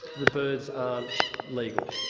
the birds aren't legal,